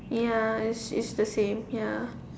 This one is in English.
ya it's it's the same ya